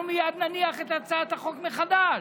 אנחנו מייד נניח את הצעת החוק מחדש,